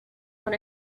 out